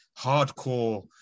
hardcore